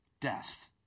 death